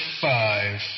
five